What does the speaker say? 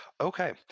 Okay